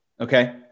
Okay